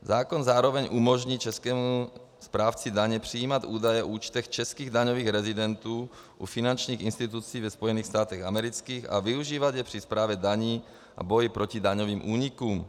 Zákon zároveň umožní českému správci daně přijímat údaje o účtech českých daňových rezidentů u finančních institucí ve Spojených státech amerických a využívat je při správě daní a boji proti daňovým únikům.